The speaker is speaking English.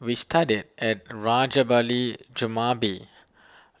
we studied at Rajabali Jumabhoy